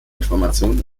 informationen